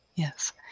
Yes